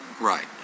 right